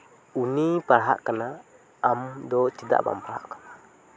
ᱩᱱᱤ ᱯᱟᱲᱦᱟᱜ ᱠᱟᱱᱟᱭ ᱟᱢ ᱫᱚ ᱪᱮᱫᱟᱜ ᱵᱟᱢ ᱯᱟᱲᱦᱟᱜ ᱠᱟᱱᱟ